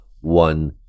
one